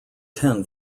ten